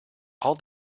all